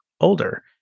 older